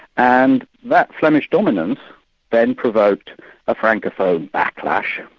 and that flemish dominance then provoked a francophone backlash,